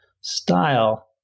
style